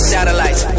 Satellites